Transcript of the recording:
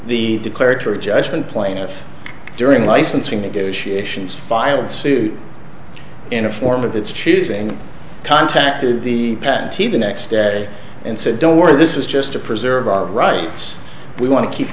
the declaratory judgment plaintiff during licensing negotiations filed suit in a form of its choosing contacted the panty the next day and said don't worry this is just to preserve our rights we want to keep